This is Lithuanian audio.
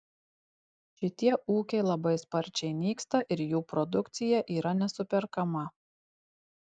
šitie ūkiai labai sparčiai nyksta ir jų produkcija yra nesuperkama